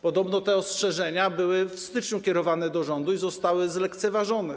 Podobno te ostrzeżenia były w styczniu kierowane do rządu i zostały zlekceważone.